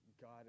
God